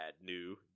new